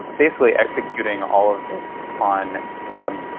basically executing all of this on um